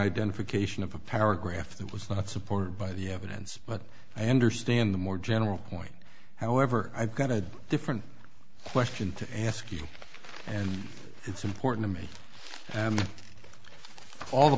identification of a paragraph that was not supported by the evidence but i understand the more general point however i got a different question to ask you and it's important to me all the